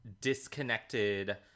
disconnected